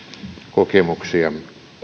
kokemuksia